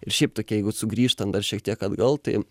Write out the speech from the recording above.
ir šiaip tokia jeigu sugrįžtant dar šiek tiek atgal tai